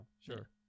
sure